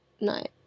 night